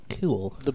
Cool